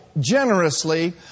generously